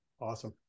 Awesome